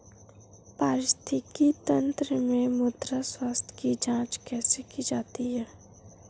पारिस्थितिकी तंत्र में मृदा स्वास्थ्य की जांच कैसे की जाती है?